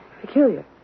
Peculiar